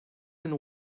and